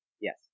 Yes